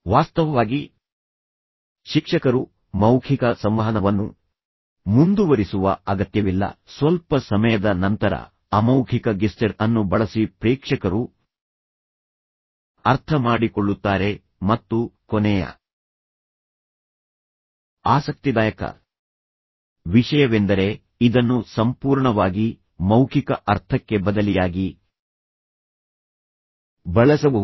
ವಾಸ್ತವವಾಗಿ ಶಿಕ್ಷಕರು ಮೌಖಿಕ ಸಂವಹನವನ್ನು ಮುಂದುವರಿಸುವ ಅಗತ್ಯವಿಲ್ಲ ಸ್ವಲ್ಪ ಸಮಯದ ನಂತರ ಅಮೌಖಿಕ ಗೆಸ್ಚರ್ ಅನ್ನು ಬಳಸಿ ಪ್ರೇಕ್ಷಕರು ಅರ್ಥಮಾಡಿಕೊಳ್ಳುತ್ತಾರೆ ಮತ್ತು ಕೊನೆಯ ಆಸಕ್ತಿದಾಯಕ ವಿಷಯವೆಂದರೆ ಇದನ್ನು ಸಂಪೂರ್ಣವಾಗಿ ಮೌಖಿಕ ಅರ್ಥಕ್ಕೆ ಬದಲಿಯಾಗಿ ಬಳಸಬಹುದು